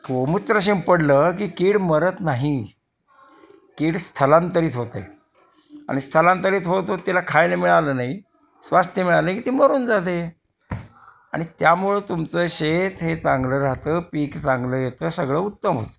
गोमूत्र शिंपडलं की कीड मरत नाही कीड स्थलांतरित होते आणि स्थलांतरित होत होत तिला खायला मिळालं नाही स्वास्थ्य मिळालं नाही की ती मरून जाते आणि त्यामुळं तुमचं शेत हे चांगलं राहतं पीक चांगलं येतं सगळं उत्तम होतं